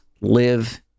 live